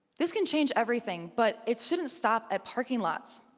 this can change everything, but it shouldn't stop at parking lots.